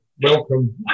Welcome